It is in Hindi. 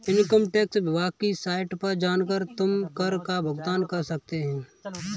इन्कम टैक्स विभाग की साइट पर जाकर तुम कर का भुगतान कर सकते हो